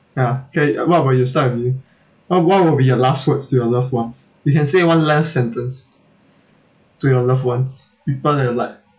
ya okay uh what about you start with you wha~ what will be your last words to your loved ones you can say one last sentence to your loved ones people that you like